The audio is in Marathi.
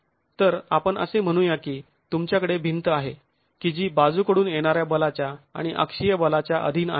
तर आपण असे म्हणू या की तुमच्याकडे भिंत आहे की जी बाजू कडून येणाऱ्या बलाच्या आणि अक्षीय बलाच्या अधीन आहे